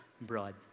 broad